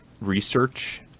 research